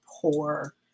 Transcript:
poor